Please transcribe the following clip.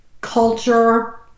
culture